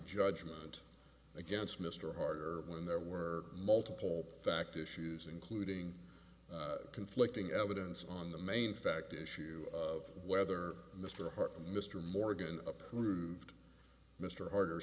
judgment against mr harder when there were multiple fact issues including conflicting evidence on the main fact issue of whether mr hart mr morgan approved mr ar